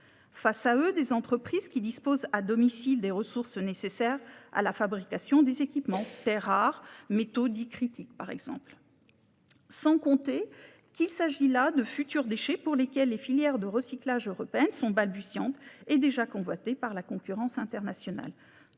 face à des entreprises qui disposent à domicile des ressources nécessaires à la fabrication des équipements : terres rares, métaux critiques, etc. Sans compter qu'il s'agit là de futurs déchets pour le traitement desquels les filières de recyclage européennes sont balbutiantes et déjà convoitées par la concurrence internationale.